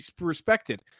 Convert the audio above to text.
respected